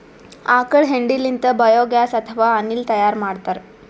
ಆಕಳ್ ಹೆಂಡಿ ಲಿಂತ್ ಬಯೋಗ್ಯಾಸ್ ಅಥವಾ ಅನಿಲ್ ತೈಯಾರ್ ಮಾಡ್ತಾರ್